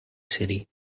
city